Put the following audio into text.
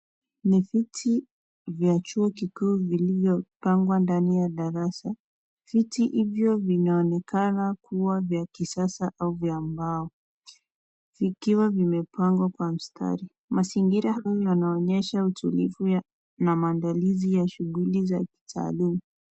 Ni viti vya chuo kikuu vilivyopangwa ndani ya darasa. Viti hivyo vinaonekana kuwa vya kisasa au vya mbao ,vikiwa vimepangwa mstari. Mazingira yanaonyesha utulivu na maandalizi ya shughuli za kitaalum.